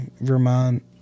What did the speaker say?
Vermont